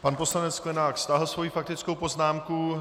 Pan poslanec Sklenák stáhl svoji faktickou poznámku.